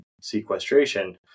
sequestration